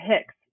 Hicks